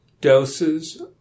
doses